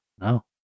no